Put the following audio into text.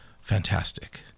fantastic